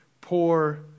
poor